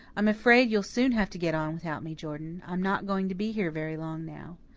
i'm afraid you'll soon have to get on without me, jordan. i'm not going to be here very long now.